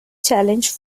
challenge